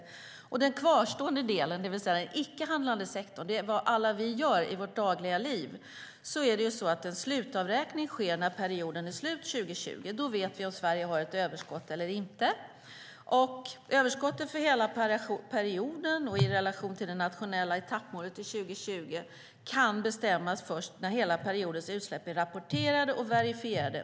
När det gäller den kvarstående delen, det vill säga den icke-handlande sektorn, vad vi alla gör i vårt dagliga liv, sker en slutavräkning när perioden är slut 2020. Då vet vi om Sverige har ett överskott eller inte. Överskottet för hela perioden och i relation till det nationella etappmålet till 2020 kan bestämmas först när hela periodens utsläpp är rapporterade och verifierade.